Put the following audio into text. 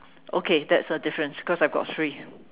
okay that's a difference cause I've got three